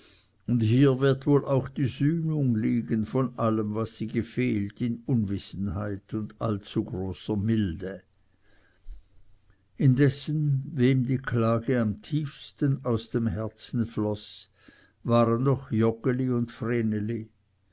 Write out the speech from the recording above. und hier wird wohl auch die sühnung liegen von allem was sie gefehlt in unwissenheit und allzu großer milde indessen wem die klage am tiefsten aus dem herzen floß waren doch joggeli und